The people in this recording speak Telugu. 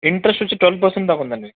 ఇంట్రెస్ట్ వచ్చి ట్వెల్వ్ పర్సెంట్ దాకా ఉందండి